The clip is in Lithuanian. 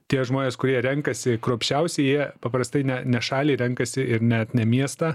tie žmonės kurie renkasi kruopščiausi jie paprastai ne ne šalį renkasi ir net ne miestą